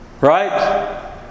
Right